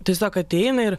tiesiog ateina ir